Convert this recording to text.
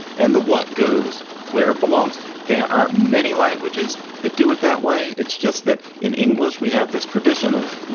and the what goes where it belongs there are many languages that do it that way. it's just that in english we have this tradition of, you